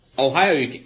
Ohio